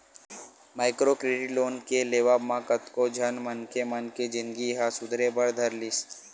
micro credit loan के लेवब म कतको झन मनखे मन के जिनगी ह सुधरे बर धर लिस